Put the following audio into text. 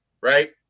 right